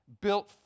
built